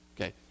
Okay